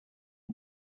政府